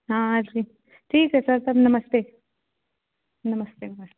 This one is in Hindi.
हाँ हाँ जी ठीक है सर सर नमस्ते नमस्ते नमस्ते